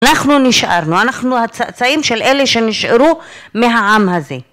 אנחנו נשארנו, אנחנו הצאצאים של אלה שנשארו מהעם הזה